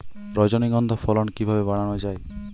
রজনীগন্ধা ফলন কিভাবে বাড়ানো যায়?